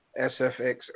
SFX